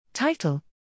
Title